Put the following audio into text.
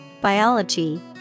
Biology